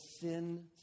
sin